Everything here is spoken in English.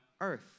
earth